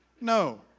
No